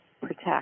protect